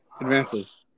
Advances